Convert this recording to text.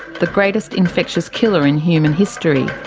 the greatest infectious killer in human history,